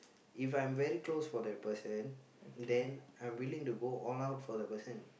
if I'm very close for that person then I'm willing to go all out for the person